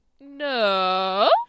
No